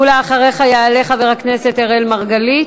אחריך יעלה חבר הכנסת אראל מרגלית.